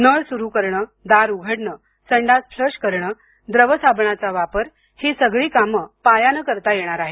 नळ सुरू करणं दार उघडणं संडास फ्लश करण द्रव साबणाचा वापर ही सगळी कामं पायानं करता येणार आहेत